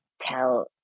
tell